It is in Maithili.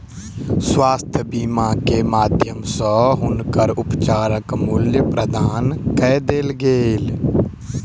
स्वास्थ्य बीमा के माध्यम सॅ हुनकर उपचारक मूल्य प्रदान कय देल गेल